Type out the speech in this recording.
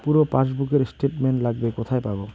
পুরো পাসবুকের স্টেটমেন্ট লাগবে কোথায় পাব?